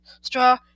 straw